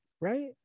right